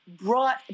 brought